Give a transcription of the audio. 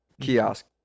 kiosk